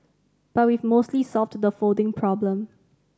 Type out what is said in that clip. but we've mostly solved the folding problem